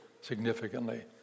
significantly